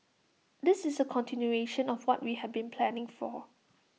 this is A continuation of what we had been planning for